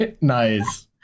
nice